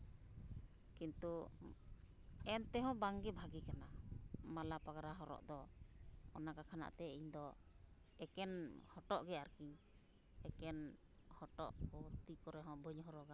ᱠᱤᱱᱛᱩ ᱮᱱ ᱛᱮᱦᱚᱸ ᱵᱟᱝᱜᱮ ᱵᱷᱟᱹᱜᱤ ᱠᱟᱱᱟ ᱢᱟᱞᱟ ᱯᱟᱜᱽᱨᱟ ᱦᱚᱨᱚᱜ ᱫᱚ ᱚᱱᱟ ᱠᱟᱛᱷᱟ ᱨᱮᱱᱟᱜ ᱛᱚ ᱤᱧ ᱫᱚ ᱮᱠᱮᱱ ᱦᱚᱴᱚᱜ ᱜᱮ ᱟᱨᱠᱤ ᱮᱠᱮᱱ ᱦᱚᱴᱚᱜ ᱜᱮ ᱛᱤ ᱠᱚᱨᱮ ᱦᱚᱸ ᱵᱟᱹᱧ ᱦᱚᱨᱚᱜᱟ